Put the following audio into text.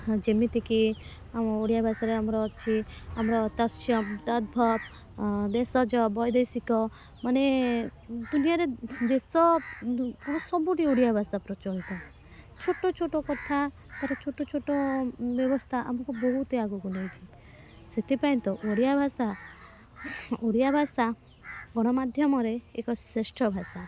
ଯେମିତିକି ଆମ ଓଡ଼ିଆ ଭାଷାରେ ଆମର ଅଛି ଆମର ତତ୍ସମ ତତ୍ଭବ ଦେଶଜ୍ ବୈଦେଶିକ ମାନେ ଦୁନିଆରେ ଦେଶ ସବୁଠି ଓଡ଼ିଆ ଭାଷା ପ୍ରଚଳିତ ଛୋଟ ଛୋଟ କଥା ଛୋଟ ଛୋଟ ବ୍ୟବସ୍ଥା ଆମକୁ ବହୁତ ଆଗକୁ ନେଇଛି ସେଥିପାଇଁ ତ ଓଡ଼ିଆ ଭାଷା ଓଡ଼ିଆ ଭାଷା ଗଣମାଧ୍ୟମରେ ଏକ ଶ୍ରେଷ୍ଠ ଭାଷା